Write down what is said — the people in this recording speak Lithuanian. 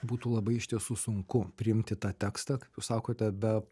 būtų labai iš tiesų sunku priimti tą tekstą kaip jūs sakote be